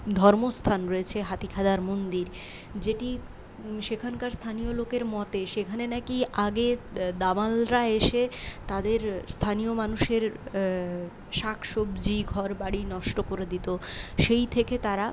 ধর্মস্থান রয়েছে হাতিখাদার মন্দির যেটি সেখানকার স্থানীয় লোকের মতে সেখানে নাকি আগে দামালরা এসে তাদের স্থানীয় মানুষের শাক সবজি ঘর বাড়ি নষ্ট করে দিত সেই থেকে তারা